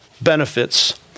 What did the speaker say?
benefits